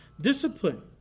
discipline